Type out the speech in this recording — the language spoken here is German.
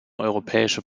europäische